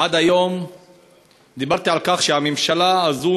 עד היום דיברתי על כך שהממשלה הזאת